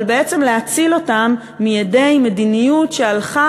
אבל בעצם להציל אותם מידי מדיניות שהלכה